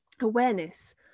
awareness